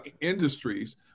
industries